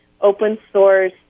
open-source